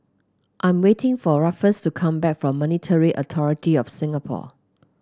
I'm waiting for Ruffus to come back from Monetary Authority Of Singapore